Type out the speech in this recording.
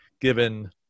given